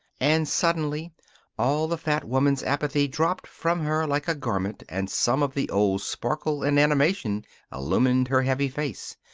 and suddenly all the fat woman's apathy dropped from her like a garment and some of the old sparkle and animation illumined her heavy face.